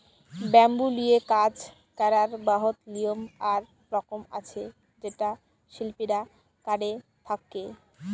bamboo লিয়ে কাজ ক্যরার বহুত লিয়ম আর রকম আছে যেট শিল্পীরা ক্যরে থ্যকে